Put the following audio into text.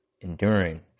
enduring